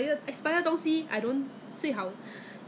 cleanser is like a washer right to wash away the face lah